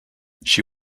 she